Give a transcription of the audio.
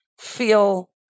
feel